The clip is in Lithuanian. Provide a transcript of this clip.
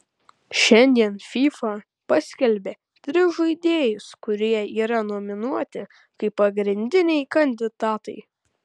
šiandien fifa paskelbė tris žaidėjus kurie yra nominuoti kaip pagrindiniai kandidatai